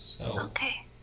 Okay